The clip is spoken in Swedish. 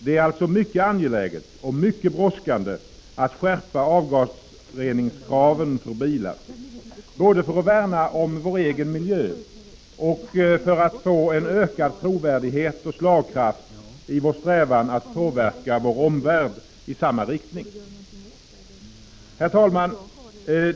Det är alltså mycket angeläget och mycket brådskande att skärpa avgasreningskraven när det gäller bilar, både för att värna vår egen miljö och för att få en ökad trovärdighet och slagkraft i vår strävan att påverka vår omvärld i samma riktning.